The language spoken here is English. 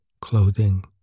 clothing